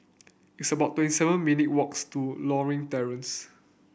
it's about twenty seven minute walks to Lothian Terrace